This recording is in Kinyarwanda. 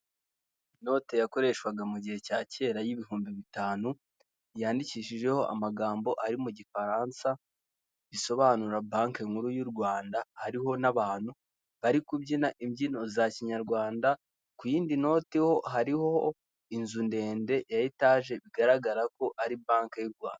Inote yakoreshwaga mu gihe cya kera y'ibihumbi bitanu yandikishijeho amagambo ari mu gifaransa bisobanura banki nkuru y'u Rwanda hariho n'abantu bari kubyina imbyino za kinyarwanda ku yindi noti ho hariho inzu ndende ya etage bigaragara ko ari bank y'u Rwanda.